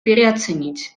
переоценить